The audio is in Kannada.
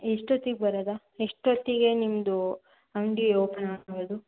ಎಷ್ಟೊತ್ತಿಗೆ ಬರೋದು ಎಷ್ಟೊತ್ತಿಗೆ ನಿಮ್ಮದು ಅಂಗಡಿ ಒಪನಾಗೋದು